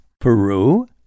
Peru